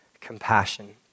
compassion